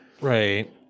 right